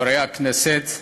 חברי הכנסת,